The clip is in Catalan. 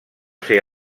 ser